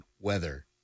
weather